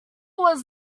was